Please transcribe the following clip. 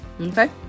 okay